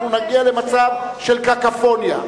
אנחנו נגיע למצב של קקופוניה.